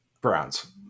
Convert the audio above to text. Browns